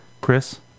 Chris